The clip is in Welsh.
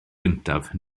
gyntaf